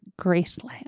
Graceland